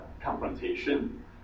confrontation